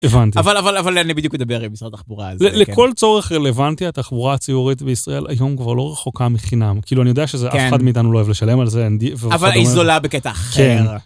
הבנתי, אבל אבל אבל אני בדיוק מדבר עם משרד התחבורה על זה. לכל צורך רלוונטי התחבורה הציבורית בישראל היום כבר לא רחוקה מחינם. כאילו אני יודע שזה, שאף אחד מאיתנו לא אוהב לשלם על זה אבל היא זולה בקטע אחר.